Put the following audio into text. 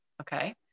okay